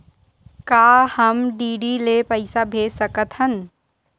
का हम डी.डी ले पईसा भेज सकत हन?